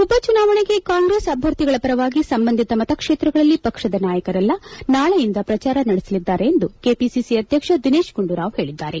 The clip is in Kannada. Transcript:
ಉಪಚುನಾವಣೆಗೆ ಕಾಂಗ್ರೆಸ್ ಅಭ್ಯರ್ಥಿಗಳ ಪರವಾಗಿ ಸಂಬಂಧಿತ ಮತಕ್ಷೇತ್ರಗಳಲ್ಲಿ ಪಕ್ಷದ ನಾಯಕರೆಲ್ಲ ನಾಳೆಯಿಂದ ಪ್ರಚಾರ ನಡೆಸಲಿದ್ದಾರೆ ಎಂದು ಕೆಪಿಸಿಸಿ ಅಧ್ಯಕ್ಷ ದಿನೇಶ್ ಗುಂಡೂರಾವ್ ಹೇಳಿದ್ದಾರೆ